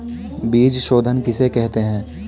बीज शोधन किसे कहते हैं?